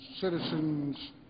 citizens